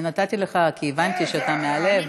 אני נתתי לך כי הבנתי שאתה מהלב.